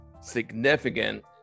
significant